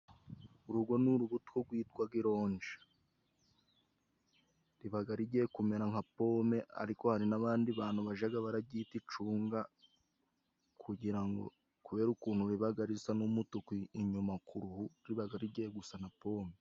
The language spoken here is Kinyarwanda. Urwo ni urubuto rwitwaga ironji. Ribaga rigiye kumera nka pome, ariko hari n'abandi bantu bajaga bararyita icunga, kugira ngo kubera ukuntu ribaga risa n'umutuku inyuma ku ruhu, ribaga rigiye gusa nka pome.